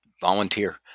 volunteer